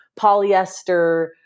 polyester